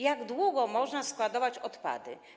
Jak długo można składować odpady?